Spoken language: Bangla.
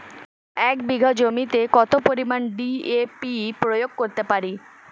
এক বিঘা জমিতে কত পরিমান ডি.এ.পি প্রয়োগ করতে পারি?